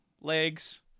legs